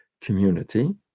community